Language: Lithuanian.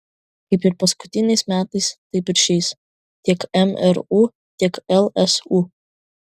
kaip ir paskutiniais metais taip ir šiais tiek mru tiek lsu